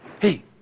Hey